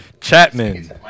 Chapman